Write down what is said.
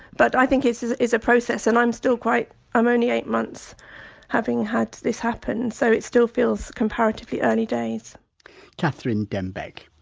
but i think it is a process and i'm still quite i'm only eight months having had this happen, so it still feels comparatively early days catherine dembek.